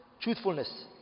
truthfulness